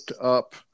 up